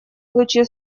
лучи